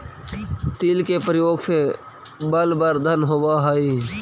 तिल के प्रयोग से बलवर्धन होवअ हई